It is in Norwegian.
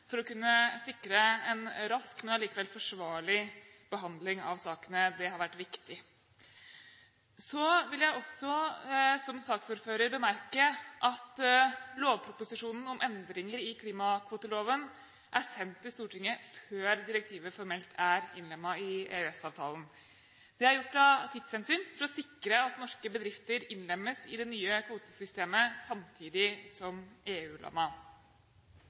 for å kunne sikre en rask, men allikevel forsvarlig behandling av sakene. Det har vært viktig. Så vil jeg også som saksordfører bemerke at lovproposisjonen om endringer i klimakvoteloven er sendt til Stortinget før direktivet formelt er innlemmet i EØS-avtalen. Det er gjort av tidshensyn for å sikre at norske bedrifter innlemmes i det nye kvotesystemet samtidig som